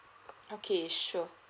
okay sure